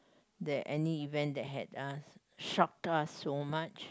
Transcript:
that any event that had uh shocked us so much